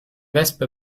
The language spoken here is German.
wespe